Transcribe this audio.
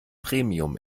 premium